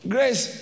Grace